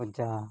ᱜᱚᱡᱟ